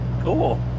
cool